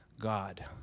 God